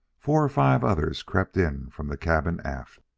four or five others crept in from the cabin aft